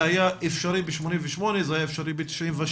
זה היה אפשרי ב- 88' זה היה אפשרי ב-96',